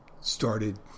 started